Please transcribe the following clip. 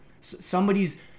Somebody's